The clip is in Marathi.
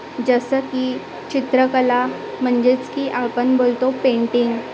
जसं की चित्रकला म्हणजेच की आपण बोलतो पेंटिंग